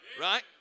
Right